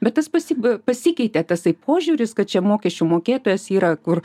bet tas pasi pasikeitė tasai požiūris kad čia mokesčių mokėtojas yra kur